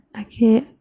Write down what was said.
Okay